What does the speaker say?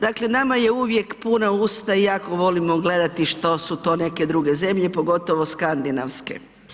Dakle, nama je uvijek puna usta i jako volimo gledati što su to neke druge zemlje, pogotovo skandinavske.